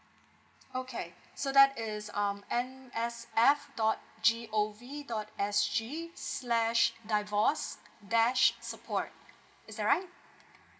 okay so that is um M S F dot G O V dot S G slash divorce dash support is that right